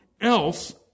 Else